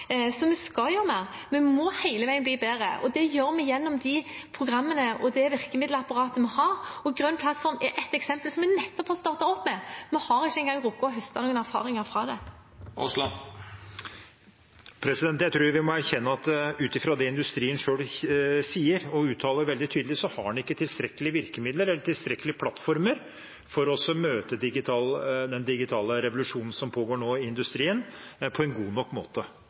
Vi skal gjøre mer, vi må hele veien bli bedre, og det gjør vi gjennom de programmene og det virkemiddelapparatet vi har. Grønn plattform er ett eksempel, som vi nettopp har startet opp med. Vi har ikke en gang rukket å høste noen erfaringer fra det. Jeg tror vi må erkjenne at ut fra det industrien selv sier og uttaler veldig tydelig, har en ikke tilstrekkelige virkemidler eller tilstrekkelige plattformer for å møte den digitale revolusjonen som nå pågår i industrien, på en god nok måte.